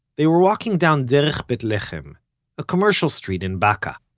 they were walking down derech beit lehem, a commercial street in baka,